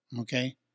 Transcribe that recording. okay